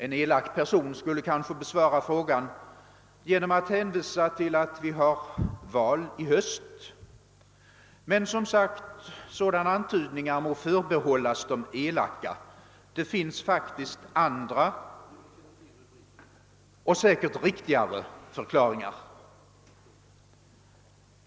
En elak person skulle kanske besvara frågan genom att hänvisa till att vi har val i höst. Men som sagt, sådana antydningar må förbehållas de elaka; det finns faktiskt andra och säkert riktigare förklaringar.